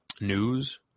news